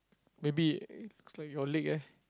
maybe it's like your leg eh